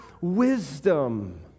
wisdom